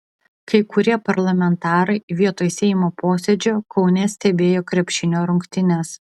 kai kurie parlamentarai vietoj seimo posėdžio kaune stebėjo krepšinio rungtynes